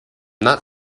not